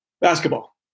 Basketball